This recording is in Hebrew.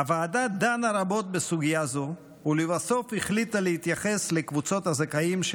הוועדה דנה רבות בסוגיה הזו ולבסוף החליטה להתייחס לקבוצות הזכאים: